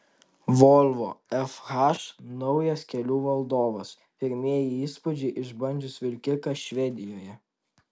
volvo fh naujas kelių valdovas pirmieji įspūdžiai išbandžius vilkiką švedijoje